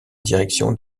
direction